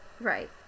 right